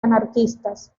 anarquistas